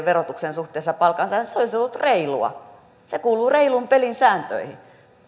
verotuksen suhteessa palkansaajiin se olisi ollut reilua se kuuluu reilun pelin sääntöihin